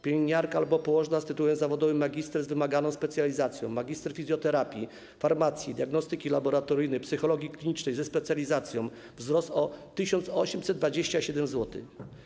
Pielęgniarka albo położna z tytułem zawodowym magister z wymaganą specjalizacją, magister fizjoterapii, farmacji, diagnostyki laboratoryjnej, psychologii klinicznej ze specjalizacją - wzrost o 1827 zł.